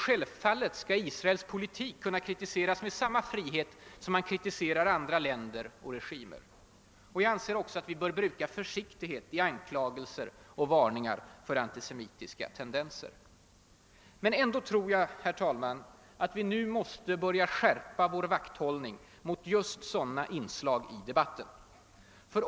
Självklart skall Israels politik kunna kritiseras med samma frihet som man kritiserar andra länder och regimer. Och jag anser också att vi bör bruka försiktighet i anklagelser och varningar för antisemitiska tendenser. Ändå tror jag att vi nu måste skärpa vår vakthållning mot just sådana inslag i debatten.